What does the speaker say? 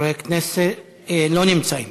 לא נמצאים.